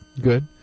good